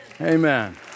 Amen